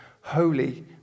holy